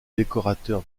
décorateur